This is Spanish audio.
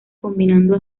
combinando